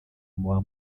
muba